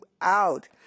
out